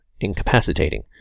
incapacitating